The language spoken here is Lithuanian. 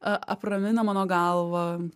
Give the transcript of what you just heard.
apramina mano galvą